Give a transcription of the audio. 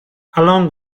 along